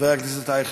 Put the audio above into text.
חברת הכנסת בן ארי,